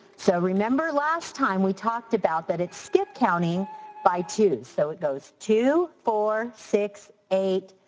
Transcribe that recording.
so remember last time we talked about that it skipped counting by twos. so it goes two, four, six, eight,